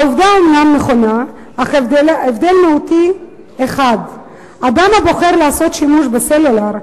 העובדה אומנם נכונה אך בהבדל מהותי אחד: אדם הבוחר לעשות שימוש בסלולר,